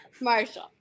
Marshall